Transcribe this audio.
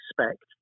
expect